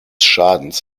schadens